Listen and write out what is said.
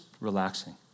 relaxing